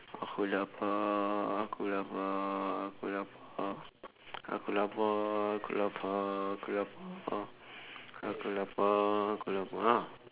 aku lapar aku lapar aku lapar aku lapar aku lapar aku lapar oh aku lapar oh